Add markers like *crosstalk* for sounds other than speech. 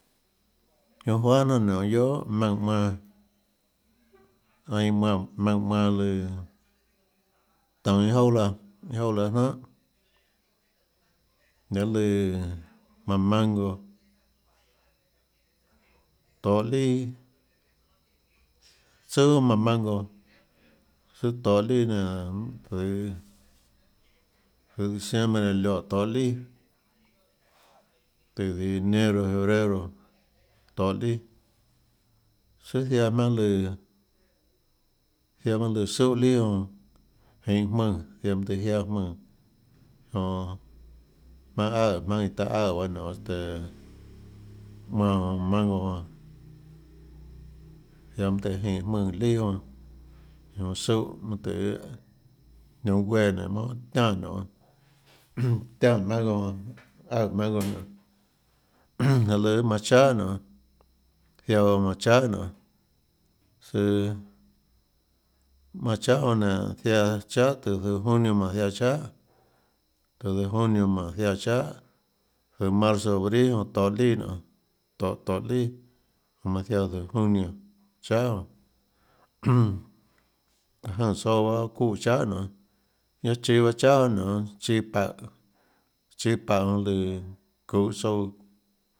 Jonã juahà jnanà nonê guiohà maùnã manã einã manã maùnã manã lùã tønå iâ jouà laã iã joà laã guiónà jnanhà laê lùã maùnã mango tohå lià tsùà bahâ maùnã mango sùà tohå lià nenã zøhå zøhå diciembre iã lioè tohå lià táhå zøhå enero febrero tohå lià søâ ziaã jmaønâ lùã ziaã jmaønâ lùã súhã lià jonã jeinhå jmùnã ziaã mønâ tøhê jiánâ jmùnã jonã jmaønâ áhã jmaønâ iã taã áhã baâ nionê este manã manã mango jonã ziaã mønâ tøhê jeinhå jmùnã lià jonã jonã súhã mønâ tøhê niounå guéã nenê mønà jonà tianè nonê *noise* tianè mango jonã áhã mango jonã *noise* laê lùã guiohà manã chahà nonê zaiå bahâ manã chahà nonê søâ manã chahà jonã nénå ziaã chahà tùhå zøhå junio manã ziaã chahà tùhå zøhå junio manã ziaã chahàzøhå marzo abril jonã tohå lià nonê tohå tohå lià jonã manã zaiã zøhå junio chahà jonã *noise* láhå jønè tsouã baâ çúhã chahà nonê ñanã chíâ bahâ chahà jonã nonê chíâ paùhå chíâ paùhå jonã lùã çuhå tsouã.